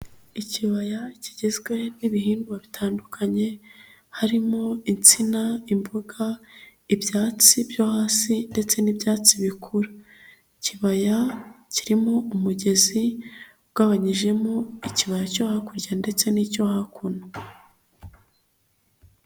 Ikibaya kigizwe n'ibihingwa bitandukanye harimo: insina, imboga, ibyatsi byo hasi ndetse n'ibyatsi bikura; ikibaya kirimo umugezi ugabanyijemo ikibaya cyo hakurya ndetse n'icyo hakuno.